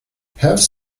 have